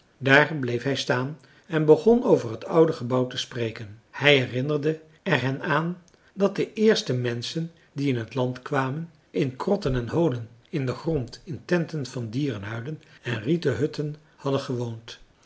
daar bleef hij staan en begon over het oude gebouw te spreken hij herinnerde er hen aan dat de eerste menschen die in t land kwamen in krotten en holen in den grond in tenten van dierenhuiden en rieten hutten hadden gewoond